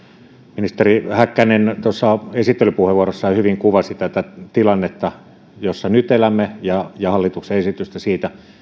ministeri häkkänen tuossa esittelypuheenvuorossaan hyvin kuvasi tätä tilannetta jossa nyt elämme ja ja hallituksen esitystä siitä